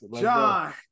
John